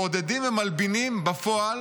מעודדים ומלבינים בפועל